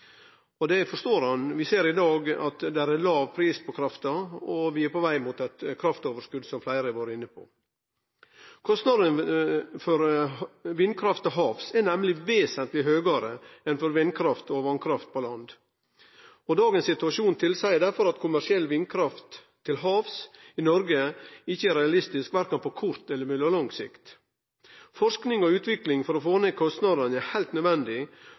forstår ein – vi ser i dag at det er låg pris på kraft, og vi er på veg mot eit kraftoverskot, som fleire har vore inne på. Kostnadane for vindkraft til havs er nemleg vesentleg høgare enn for vindkraft og vasskraft på land. Dagens situasjon tilseier derfor at kommersiell vindkraft til havs i Noreg ikkje er realistisk verken på kort eller mellomlang sikt. Forsking og utvikling for å få ned kostnadane er heilt nødvendig,